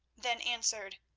then answered